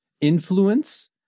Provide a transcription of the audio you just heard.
influence